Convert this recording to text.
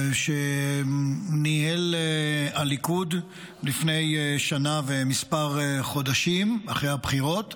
שניהל הליכוד לפני שנה וכמה חודשים אחרי הבחירות,